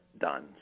done